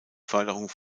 förderung